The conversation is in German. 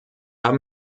haben